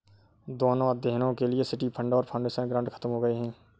दोनों अध्ययनों के लिए सिटी फंड और फाउंडेशन ग्रांट खत्म हो गए हैं